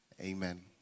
Amen